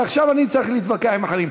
ועכשיו אני צריך להתווכח עם אחרים.